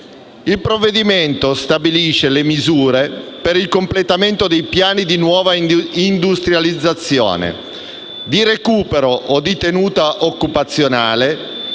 Il provvedimento stabilisce le misure per il completamento di piani di nuova industrializzazione, di recupero o di tenuta occupazionale